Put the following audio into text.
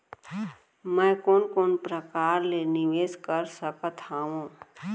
मैं कोन कोन प्रकार ले निवेश कर सकत हओं?